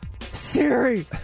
Siri